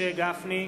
משה גפני,